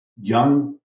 young